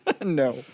No